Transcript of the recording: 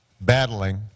battling